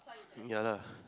ya lah